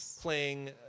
playing